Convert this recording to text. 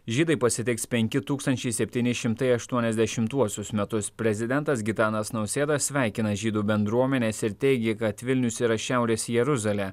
žydai pasitiks penki tūkstančiai septyni šimtai aštuoniasdešimtuosius metus prezidentas gitanas nausėda sveikina žydų bendruomenes ir teigė kad vilnius yra šiaurės jeruzalė